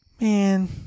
man